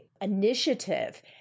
initiative